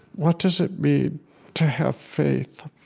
what does it mean to have faith?